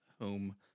home